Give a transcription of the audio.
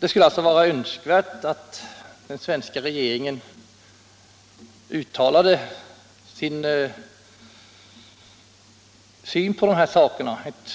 Det skulle alltså vara önskvärt att den svenska regeringen redogjorde för sin syn på dessa saker genom ett